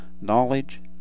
knowledge